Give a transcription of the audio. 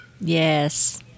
Yes